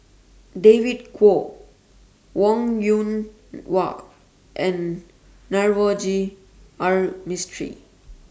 David Kwo Wong Yoon Wah and Navroji R Mistri